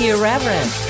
Irreverent